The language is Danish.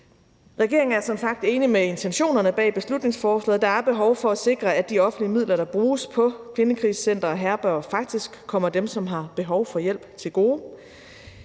Regeringen er som sagt enig i intentionerne bag beslutningsforslaget. Der er behov for at sikre, at de offentlige midler, der bruges på kvindekrisecentre og herberger, faktisk kommer dem, som har behov for hjælp, til gode.